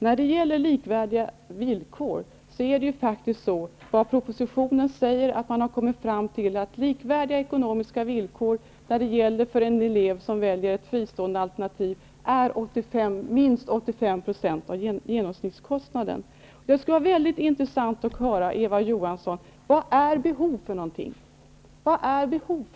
När det gäller likvärdiga villkor, står det i propositionen att man har kommit fram till att likvärdiga ekonomiska villkor för en elev som väljer ett fristående alternativ är minst 85 % av genomsnittskostnaden. Det skulle vara mycket intressant om Eva Johansson svarade på frågan: Vad är behov?